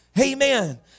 Amen